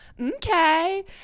okay